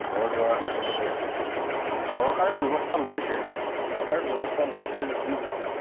ঘৰ দুৱাৰ হানি হয় চৰকাৰে ব্যৱস্থা লৈছে চৰকাৰে ব্যৱস্থা লৈছে যদিও